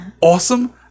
awesome